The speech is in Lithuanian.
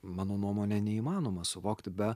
mano nuomone neįmanoma suvokti be